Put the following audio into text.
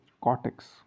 cortex